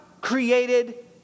created